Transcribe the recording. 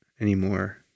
anymore